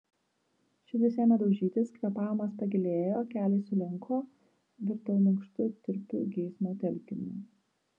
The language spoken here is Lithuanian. širdis ėmė daužytis kvėpavimas pagilėjo keliai sulinko virtau minkštu tirpiu geismo telkiniu